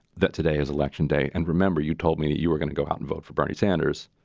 that today is election day, and remember, you told me that you were gonna go out and vote for bernie sanders,